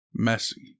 Messy